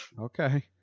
Okay